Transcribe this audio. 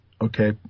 Okay